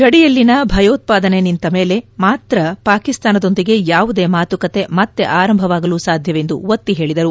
ಗಡಿಯಲ್ಲಿನ ಭಯೋತ್ಪಾದನೆ ನಿಂತ ಮೇಲೆ ಮಾತ್ರ ಪಾಕಿಸ್ತಾನದೊಂದಿಗೆ ಯಾವುದೇ ಮಾತುಕತೆ ಮತ್ತೆ ಆರಂಭವಾಗಲು ಸಾಧ್ಯವೆಂದು ಒತ್ತಿ ಹೇಳಿದರು